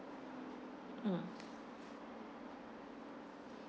mm